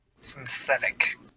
Synthetic